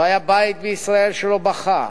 לא היה בית בישראל שלא בכה,